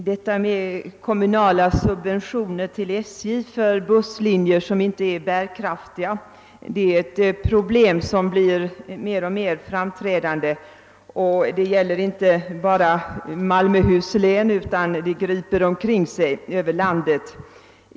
Herr talman! Frågan om kommunala subventioner till SJ för busslinjer som inte är bärkraftiga är ett problem som blir mer och mer framträdande. Det gäller inte bara Malmöhus län utan det griper omkring sig över landet.